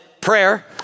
prayer